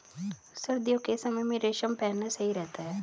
सर्दियों के समय में रेशम पहनना सही रहता है